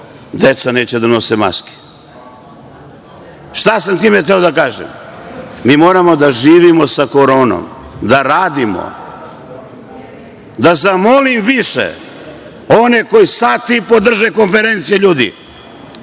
deca neće da nose maske. Šta sam time hteo da kažem? Mi moramo da živimo sa koronom da radimo. Da zamolim one koji sat i po drže konferenciju,